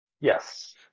yes